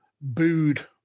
booed